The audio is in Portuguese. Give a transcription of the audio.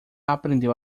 aprendeu